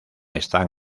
están